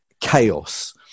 chaos